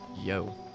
Yo